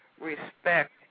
respect